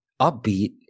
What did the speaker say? upbeat